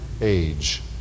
age